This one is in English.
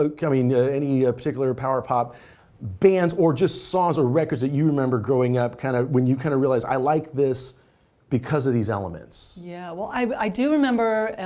ah i mean any ah particular power pop bands, or just songs or records that you remember growing up, kind of when you kind of realized, i like this because of these elements? yeah. well i do remember